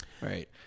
right